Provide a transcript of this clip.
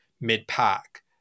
mid-pack